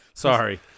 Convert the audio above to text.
Sorry